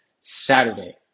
Saturday